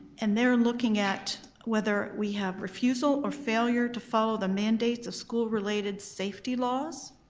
and they're looking at whether we have refusal or failure to follow the mandates of school related safety laws.